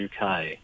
uk